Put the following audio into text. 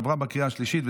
עברה בקריאה השלישית,